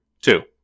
Two